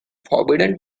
forbidden